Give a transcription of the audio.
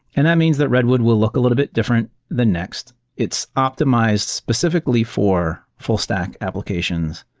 and that means that redwood will look a little bit different than next. it's optimized specifically for full stack applications,